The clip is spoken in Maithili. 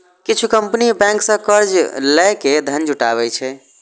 किछु कंपनी बैंक सं कर्ज लए के धन जुटाबै छै